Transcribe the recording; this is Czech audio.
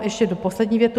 Ještě poslední větu.